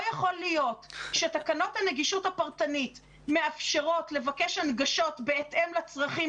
לא יכול להיות שתקנות הנגישות הפרטנית מאפשרות לבקש הנגשות בהתאם לצרכים